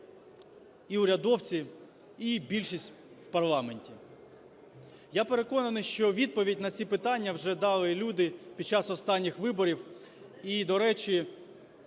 і урядовці, і більшість в парламенті? Я переконаний, що відповідь на ці питання вже дали люди під час останніх виборів.